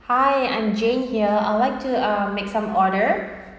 hi I'm jane here I would like to um make some order